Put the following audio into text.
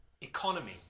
economy